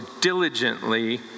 diligently